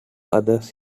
others